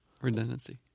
Redundancy